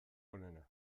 onena